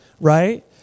right